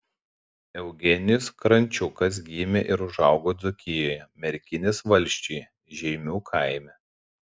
eugenijus krančiukas gimė ir užaugo dzūkijoje merkinės valsčiuje žeimių kaime